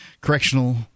Correctional